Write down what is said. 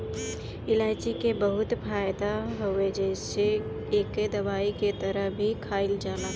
इलायची के बहुते फायदा हवे जेसे एके दवाई के तरह भी खाईल जाला